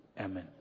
amen